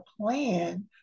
plan